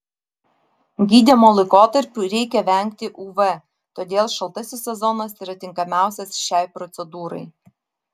gydymo laikotarpiu reikia vengti uv todėl šaltasis sezonas yra tinkamiausias šiai procedūrai